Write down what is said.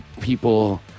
people